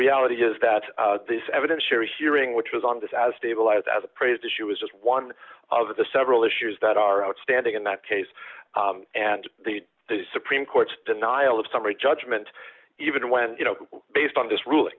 reality is that this evidence you're hearing which was on this as stabilized as appraised issue was just one of the several issues that are outstanding in that case and the supreme court's denial of summary judgment even when you know based on this ruling